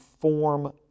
form